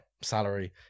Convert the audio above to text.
salary